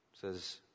says